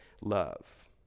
love